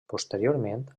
posteriorment